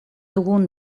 dugun